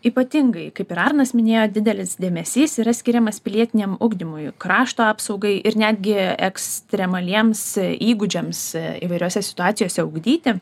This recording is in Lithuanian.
ypatingai kaip ir arnas minėjo didelis dėmesys yra skiriamas pilietiniam ugdymui krašto apsaugai ir netgi ekstremaliems įgūdžiams įvairiose situacijose ugdyti